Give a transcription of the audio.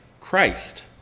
Christ